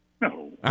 No